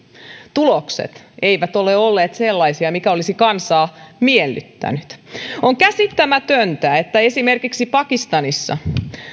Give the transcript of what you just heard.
tulokset eivät ole olleet sellaisia mitkä olisivat kansaa miellyttäneet on käsittämätöntä että esimerkiksi pakistanissa